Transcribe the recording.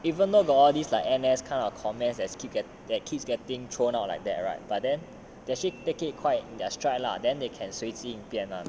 even though got all these like N_S kind of comments as kid that kids getting thrown out like that right but then they actually take it quite lah then they can 随机应变 lah